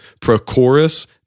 Prochorus